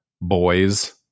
boys